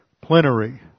plenary